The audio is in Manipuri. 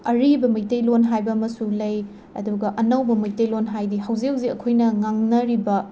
ꯑꯔꯤꯕ ꯃꯩꯇꯩꯂꯣꯟ ꯍꯥꯏꯕ ꯑꯃꯁꯨ ꯂꯩ ꯑꯗꯨꯒ ꯑꯅꯧꯕ ꯃꯩꯇꯩꯂꯣꯟ ꯍꯥꯏꯗꯤ ꯍꯧꯖꯤꯛ ꯍꯧꯖꯤꯛ ꯑꯩꯈꯣꯏꯅ ꯉꯥꯡꯅꯔꯤꯕ